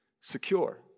secure